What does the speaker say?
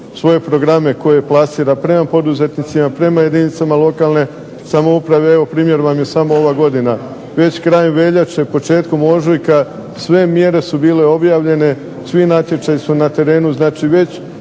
svoje programe koje plasira prema poduzetnicima, prema jedinicama lokalne samouprave. Evo primjer vam je samo ova godina. Već krajem veljače, početkom ožujka sve mjere su bile objavljene, svi natječaji su na terenu. Znači, već